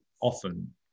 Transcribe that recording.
often